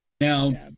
Now